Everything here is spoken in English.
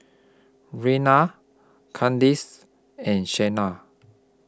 Raynard Kandace and Shana